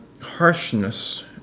harshness